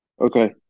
Okay